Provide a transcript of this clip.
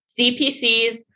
CPCs